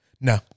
No